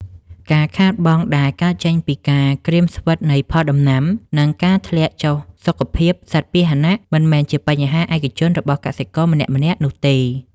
ការខាតបង់ដែលកើតចេញពីការក្រៀមស្វិតនៃផលដំណាំ និងការធ្លាក់ចុះសុខភាពសត្វពាហនៈ មិនមែនជាបញ្ហាឯកជនរបស់កសិករម្នាក់ៗនោះទេ។